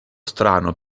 strano